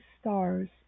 stars